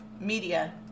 media